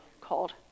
called